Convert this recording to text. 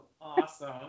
Awesome